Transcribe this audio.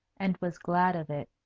and was glad of it.